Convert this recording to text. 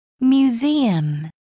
museum